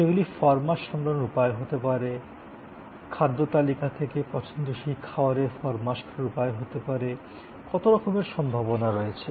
সেগুলি ফরমাশ সামলানোর উপায় হতে পারে খাদ্য তালিকা থেকে পছন্দসই খাবারের ফরমাশ করার উপায় হতে পারে কত রকমের সম্ভাবনা রয়েছে